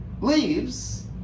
leaves